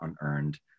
unearned